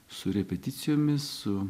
su repeticijomis su